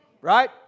Right